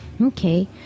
Okay